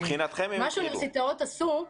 מבחינתכם הם התחילו?